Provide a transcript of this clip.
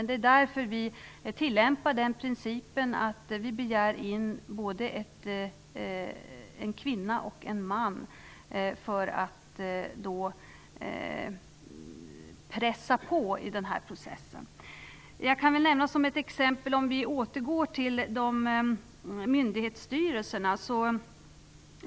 Det är därför vi tilllämpar principen att begära in både en kvinnlig och en manlig kandidat. På så vis kan vi pressa på i den här processen.